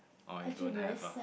oh you don't have ah